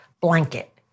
blanket